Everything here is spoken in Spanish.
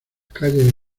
calles